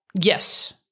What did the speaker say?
Yes